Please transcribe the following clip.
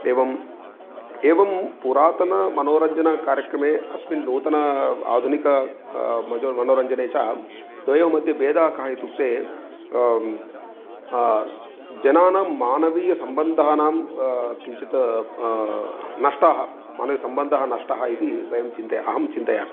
एवम् एवं पुरातनमनोरञ्जनकार्यक्रमे अस्मिन् नूतना आधुनिका मजो मनोरञ्जने च द्वयोः मध्ये भेदः कः इत्युक्ते जनानां मानवीयसम्बन्धानां किञ्चित् नष्टः मानवसम्बन्धः नष्टः इति वयं चिन्ता अहं चिन्तयामि